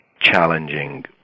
challenging